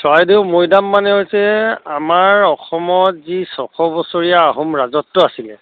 চৰাইদেউ মৈদাম মানে হৈছে আমাৰ অসমত যি ছশ বছৰীয়া আহোম ৰাজত্ব আছিলে